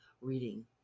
reading